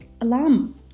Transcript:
alarm